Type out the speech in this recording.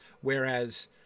whereas